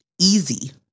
easy